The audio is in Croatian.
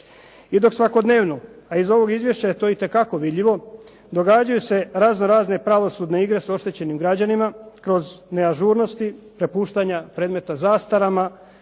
I dok svakodnevno, a iz ovog izvješća je to itekako vidljivo, događaju se raznorazne pravosudne igre s oštećenim građanima kroz neažurnosti, prepuštanja predmeta zastara,